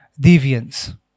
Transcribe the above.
deviants